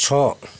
ଛଅ